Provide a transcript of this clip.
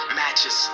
matches